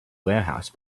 warehouse